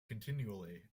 continually